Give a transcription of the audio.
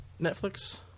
Netflix